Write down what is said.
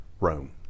rome